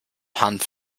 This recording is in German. hanf